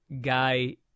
guy